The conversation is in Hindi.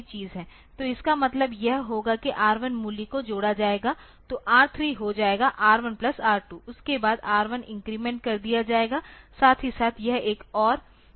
तो इसका मतलब यह होगा कि इस R1 मूल्य को जोड़ा जाएगा तो R3 हो जायेगा R1 प्लस R2 उसके बाद R1 इन्क्रीमेंट कर दिया जाएगा साथ ही साथ यह एक और काम है